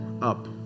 up